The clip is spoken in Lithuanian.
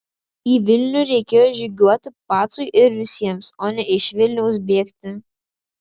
į vilnių reikėjo žygiuoti pacui ir visiems o ne iš vilniaus bėgti